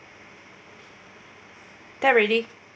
that really